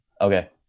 okay